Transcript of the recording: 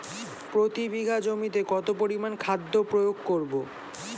প্রতি বিঘা জমিতে কত পরিমান খাদ্য প্রয়োগ করব?